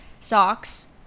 Socks